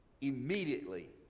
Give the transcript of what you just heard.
immediately